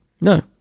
No